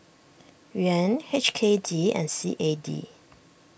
Yuan H K D and C A D